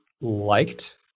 liked